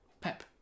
Pep